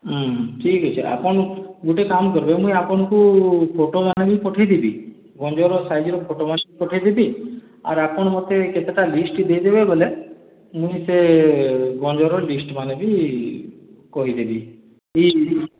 ହୁଁ ଠିକ୍ ଅଛେ ଆପଣ୍ ଗୁଟେ କାମ୍ କର୍ବେ ମୁଇଁ ଆପଣ୍ଙ୍କୁ ଫୋଟୋ ମାରିକି ପଠେଇ ଦେବି ଗଞ୍ଜର ସାଇଜ୍ ର ଫୋଟୋ ମାନେ ପଠେଇଦେବି ଆର୍ ଆପଣ୍ ମତେ କେତେଟା ଲିଷ୍ଟ୍ ଦେଇଦେବେ ବେଲେ ମୁଇଁ ସେ ଗଞ୍ଜର ଲିଷ୍ଟ୍ ମାନେ ବି କହିଦେବି